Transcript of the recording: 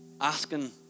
asking